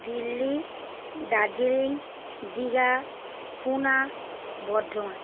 Delhi Darjeeling Digha Pune Bardhaman